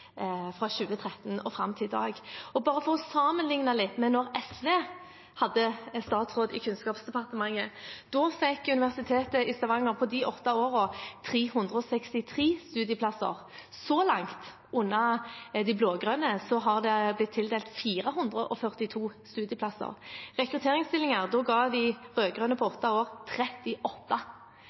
fra 2013 og fram til i dag. For å sammenlikne med da SV hadde statsråd i Kunnskapsdepartementet: På de åtte årene fikk Universitetet i Stavanger 363 studieplasser. Så langt har det under de blå-grønne blitt tildelt 442 studieplasser. De rød-grønne ga 38 rekrutteringsstillinger på åtte år,